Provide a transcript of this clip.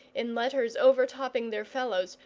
in letters overtopping their fellows,